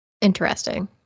interesting